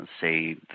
say